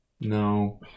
No